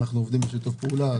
אנחנו עובדים בשיתוף פעולה,